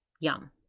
Yum